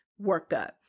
workup